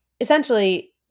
essentially